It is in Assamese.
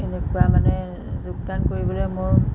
তেনেকুৱা মানে যোগদান কৰিবলে মোৰ